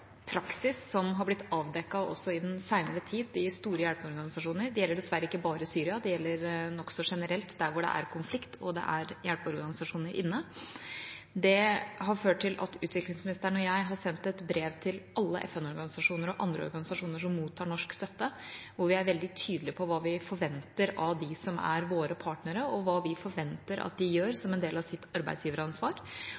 praksis som har blitt avdekket også i den senere tid i store hjelpeorganisasjoner. Det gjelder dessverre ikke bare Syria, det gjelder nokså generelt der det er konflikt, og hvor det er hjelpeorganisasjoner inne. Det har ført til at utviklingsministeren og jeg har sendt et brev til alle FN-organisasjoner og andre organisasjoner som mottar norsk støtte, hvor vi er veldig tydelige på hva vi forventer av dem som er våre partnere, hva vi forventer at de gjør